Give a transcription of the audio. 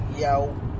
yo